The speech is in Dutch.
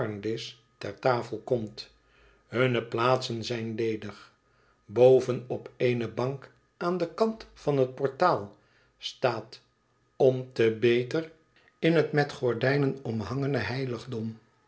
tafel komt hunne plaatsen zijn ledig boven op eene bank aan den kant van het portaal staat om te beter in het met gordijnen omhangene heiligjarndyce